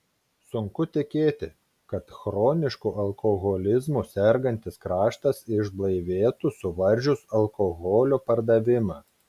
sunku tikėti kad chronišku alkoholizmu sergantis kraštas išblaivėtų suvaržius alkoholio pardavimą